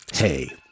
Hey